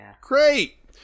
great